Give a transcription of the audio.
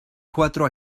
cuatro